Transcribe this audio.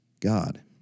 God